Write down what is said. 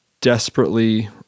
desperately